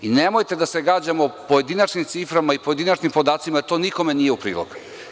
Nemojte da se gađamo pojedinačnim ciframa i pojedinačnim podacima, jer to nikome ne ide u prilog.